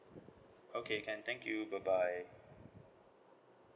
okay can thank you bye bye